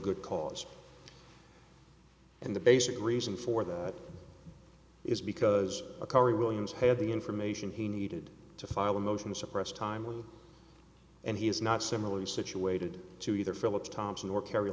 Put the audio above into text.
good cause and the basic reason for that is because a car williams had the information he needed to file a motion to suppress time and he is not similarly situated to either philip thompson or carr